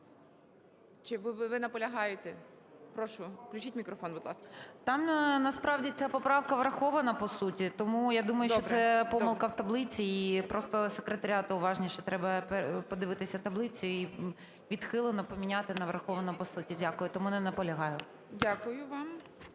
Чи ви наполягаєте? Прошу, включіть мікрофон, будь ласка. 11:42:18 ПТАШНИК В.Ю. Там насправді ця поправка врахована по суті. Тому я думаю, що це помилка в таблиці, і просто секретаріату уважніше треба подивитися таблицю і "відхилено" поміняти на "враховано по суті". Дякую. Тому не наполягаю.